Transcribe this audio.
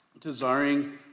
desiring